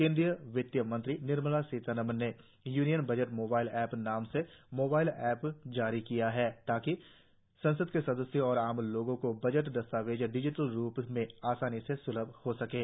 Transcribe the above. केंद्रीय वित्त मंत्री निर्मला सीतारामन ने यूनियन बजट मोबाइल ऐप नाम से मोबाइल ऐप जारी किया है ताकि ससंद के सदस्यों और आम लोगों को बजट दस्तावेज डिजिटल रूप में आसानी से स्लभ हो सकें